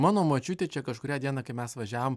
mano močiutė čia kažkurią dieną kai mes važiavom